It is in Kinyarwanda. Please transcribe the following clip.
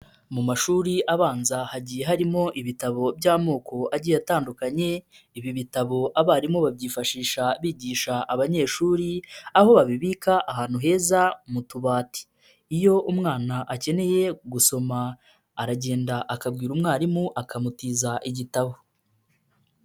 Mu mashuri abanza hagiye harimo ibitabo by'amoko agiye atandukanye, ibi bitabo abarimu babyifashisha bigisha abanyeshuri aho babibika ahantu heza mu tubati, iyo umwana akeneye gusoma aragenda akabwira umwarimu akamutiza igitabo.